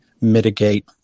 mitigate